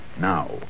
Now